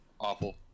awful